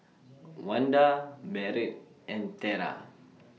Wanda Barrett and Tera